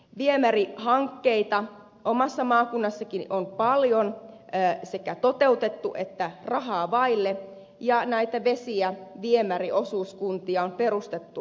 viemärihankkeita omassa maakunnassanikin on paljon sekä toteutettu että rahaa vaille ja näitä vesi ja viemäriosuuskuntia on perustettu vallan paljon